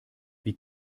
wie